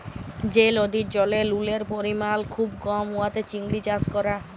যে লদির জলে লুলের পরিমাল খুব কম উয়াতে চিংড়ি চাষ ক্যরা